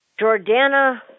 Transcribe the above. Jordana